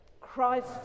Christ